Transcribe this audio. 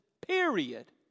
period